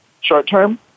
short-term